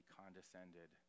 condescended